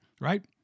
right